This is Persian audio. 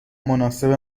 مناسب